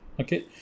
okay